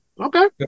Okay